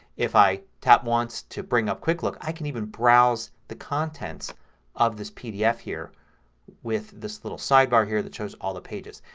if i tap once to bring up quick look i can even browse the contents of this pdf here with this little sidebar here that shows all the pages.